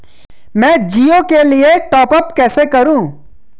मैं जिओ के लिए टॉप अप कैसे करूँ?